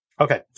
Okay